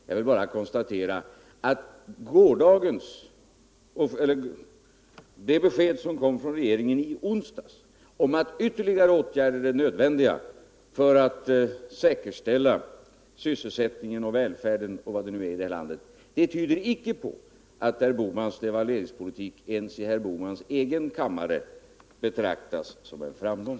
Jag vill bara konstatera att det besked som kom från regeringen i onsdags, om att ytterligare åtgärder är nödvändiga för att säkerställa sysselsättning och välfärd och vad det nu är i vårt land, icke tyder på att herr Bohmans devalveringspolitik ens i herr Bohmans egen kammare betraktas som en framgång.